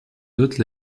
dote